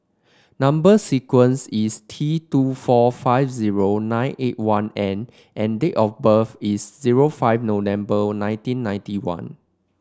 number sequence is T two four five zero nine eight one N and date of birth is zero five November nineteen ninety one